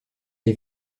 est